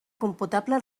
computable